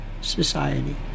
society